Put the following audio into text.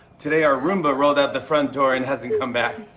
today our roomba rolled out the front door and hasn't come back.